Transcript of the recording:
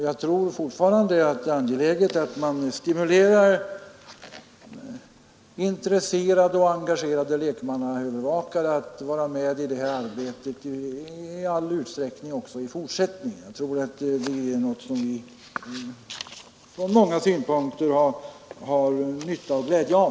Jag anser fortfarande att det är angeläget att stimulera intresserade och engagerade lekmannaövervakare att vara med i det här arbetet i all möjlig utsträckning även i fortsättningen. Det är något som vi från många synpunkter kan ha nytta och glädje av.